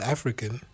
African